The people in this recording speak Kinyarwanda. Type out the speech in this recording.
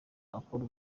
akora